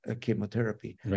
chemotherapy